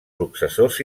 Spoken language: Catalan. successors